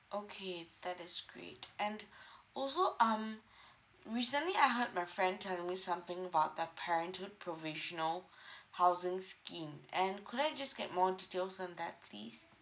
okay that is great and also um recently I heard my friend telling me something about the parenthood provisional housing scheme and could I just get more details on that please